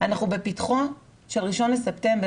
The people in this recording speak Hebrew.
אנחנו בפתחו של ה-1 בספטמבר.